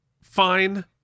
fine